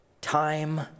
time